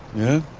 yeah.